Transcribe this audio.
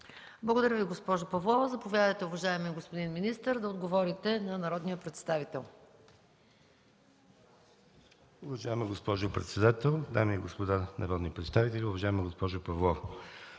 Благодаря Ви, госпожо Павлова. Заповядайте, уважаеми господин министър, да отговорите на народния представител. МИНИСТЪР ИВАН ДАНОВ: Уважаема госпожо председател, дами и господа народни представители, уважаема госпожо Павлова!